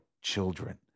children